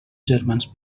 germans